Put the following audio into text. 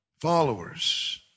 followers